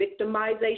victimization